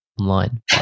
online